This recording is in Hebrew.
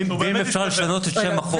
ואם אפשר לשנות את שם החוק.